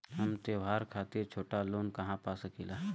हम त्योहार खातिर छोटा लोन कहा पा सकिला?